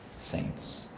saints